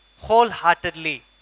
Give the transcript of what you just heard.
wholeheartedly